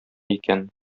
икән